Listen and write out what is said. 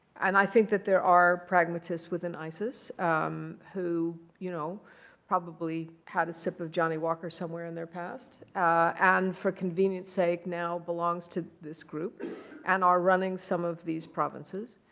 and i think that there are pragmatists within isis who you know probably had a sip of johnnie walker somewhere in their past and for convenience's sake, now belongs to this group and are running some of these provinces.